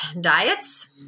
diets